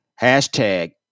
hashtag